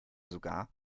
sogar